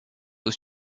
was